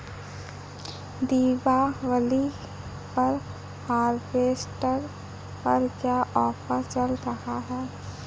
दीपावली पर हार्वेस्टर पर क्या ऑफर चल रहा है?